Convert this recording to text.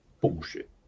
bullshit